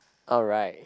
alright